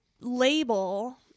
label